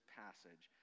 passage